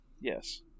Yes